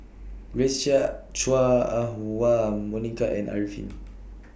Grace Chia Chua Ah Huwa Monica and Arifin